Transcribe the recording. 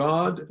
God